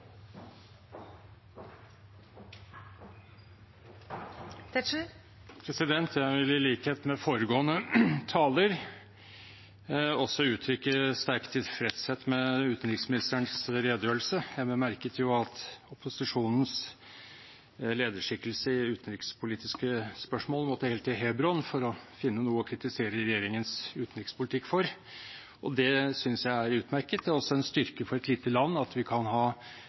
uttrykke sterk tilfredshet med utenriksministerens redegjørelse. Jeg bemerket at opposisjonens lederskikkelse i utenrikspolitiske spørsmål måtte helt til Hebron for å finne noe å kritisere regjeringens utenrikspolitikk for, og det synes jeg er utmerket. Det er også en styrke for et lite land at vi kan ha